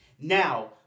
Now